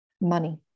money